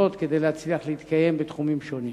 כדי להצליח להתקיים בתחומים שונים.